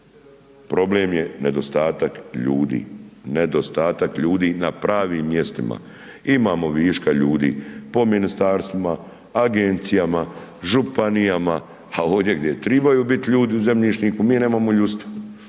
problem je nedostatak ljudi, nedostatak ljudi na pravim mjestima. Imamo viška ljudi po ministarstvima, agencijama, županijama, a ovdje gdje trebaju bit ljudi u zemljišniku, mi nemamo ljudstva.